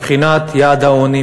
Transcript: מבחינת יעד העוני,